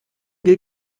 gilt